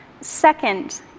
Second